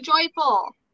joyful